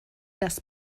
das